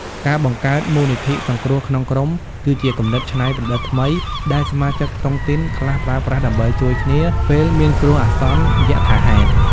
ការបង្កើត "មូលនិធិសង្គ្រោះក្នុងក្រុម" គឺជាគំនិតច្នៃប្រឌិតថ្មី ដែលសមាជិកតុងទីនខ្លះប្រើប្រាស់ដើម្បីជួយគ្នាពេលមានគ្រោះអាសន្នយថាហេតុ។